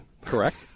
Correct